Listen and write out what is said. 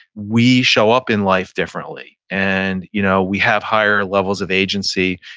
we show up in life differently. and you know we have higher levels of agency,